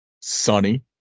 Sunny